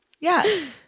Yes